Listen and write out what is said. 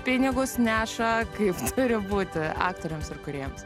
pinigus neša kaip turi būti aktoriams ir kūrėjams